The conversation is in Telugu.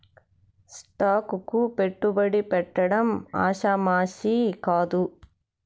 స్టాక్ కు పెట్టుబడి పెట్టడం ఆషామాషీ కాదు